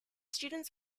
students